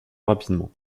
rapidement